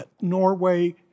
Norway